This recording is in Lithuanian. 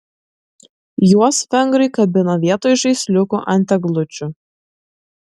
juos vengrai kabina vietoj žaisliukų ant eglučių